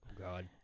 God